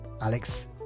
Alex